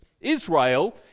Israel